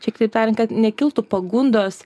čia kitaip tariant kad nekiltų pagundos